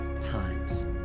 times